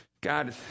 God